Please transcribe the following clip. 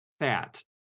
fat